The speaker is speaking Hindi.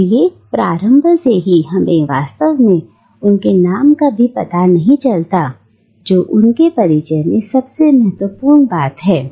इसलिए प्रारंभ से ही हमें वास्तव में उनके नाम का भी पता नहीं चलता जो उनके परिचय में सबसे प्रमुख बात है